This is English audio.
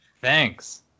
thanks